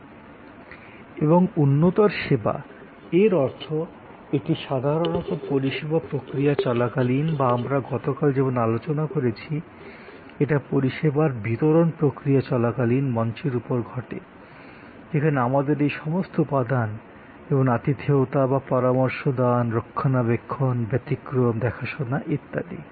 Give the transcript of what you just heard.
এবং উন্নততর সেবা এর অর্থ এটি সাধারণত পরিষেবার প্রক্রিয়া চলাকালীন বা আমরা গতকাল যেমন আলোচনা করেছি এটি পরিষেবার বিতরণ প্রক্রিয়া চলাকালীন মঞ্চের উপর ঘটে যেখানে আমাদের এই সমস্ত উপাদান যেমন আতিথেয়তা বা পরামর্শ দান রক্ষণাবেক্ষণ ব্যতিক্রম দেখাশোনা ইত্যাদি